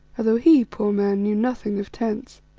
although, he, poor man, knew nothing of tents.